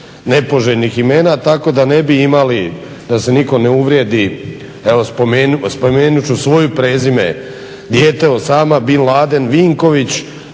nepoželjnih imena tako da ne bi imali, da se nitko ne uvrijedi evo spomenut ću svoje prezime, dijete Osama bin Laden Vinković